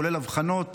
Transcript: כולל אבחנות,